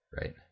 Right